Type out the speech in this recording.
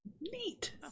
Neat